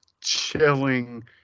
chilling